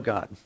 God